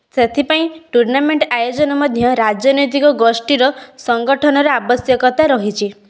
ସେଥିପାଇଁ ଟୁର୍ନାମେଣ୍ଟ ଆୟୋଜନ ମଧ୍ୟ ରାଜ୍ୟନିତୀକ ଗୋଷ୍ଠୀ ର ସଙ୍ଗଠନ ରେ ଆବଶ୍ୟକତା ରହିଛି